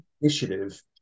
initiative